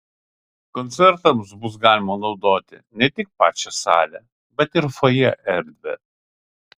koncertams bus galima naudoti ne tik pačią salę bet ir fojė erdvę